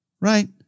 right